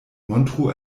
montru